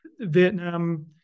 Vietnam